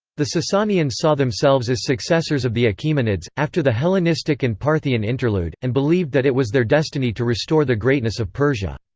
the sasanians saw themselves as successors of the achaemenids, after the hellenistic and parthian interlude, and believed that it was their destiny to restore the greatness of persia.